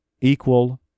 equal